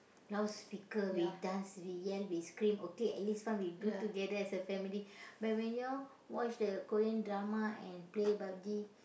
loudspeaker we dance we yell we scream okay at least fun we do together as family but when you all watch the Korean drama and play Pub-G